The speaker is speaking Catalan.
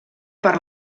per